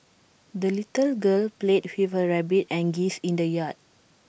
the little girl played with her rabbit and geese in the yard